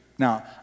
Now